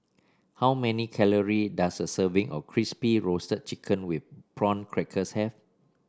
how many calorie does a serving of Crispy Roasted Chicken with Prawn Crackers have